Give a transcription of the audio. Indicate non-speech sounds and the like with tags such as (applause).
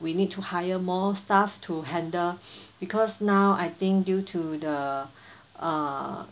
we need to hire more staff to handle (breath) because now I think due to the uh